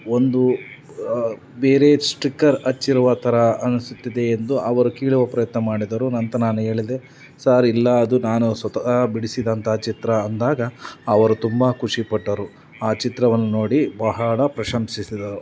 ಒಂದು ಬೇರೆ ಸ್ಟಿಕ್ಕರ್ ಹಚ್ಚಿರುವ ಥರ ಅನಿಸುತ್ತಿದೆ ಎಂದು ಅವರು ಕೀಳುವ ಪ್ರಯತ್ನ ಮಾಡಿದರು ನಂತರ ನಾನು ಹೇಳಿದೆ ಸಾರ್ ಇಲ್ಲ ಅದು ನಾನು ಸ್ವತಃ ಬಿಡಿಸಿದಂಥ ಚಿತ್ರ ಅಂದಾಗ ಅವರು ತುಂಬ ಖುಷಿಪಟ್ಟರು ಆ ಚಿತ್ರವನ್ನು ನೋಡಿ ಬಹಳ ಪ್ರಶಂಸಿಸಿದರು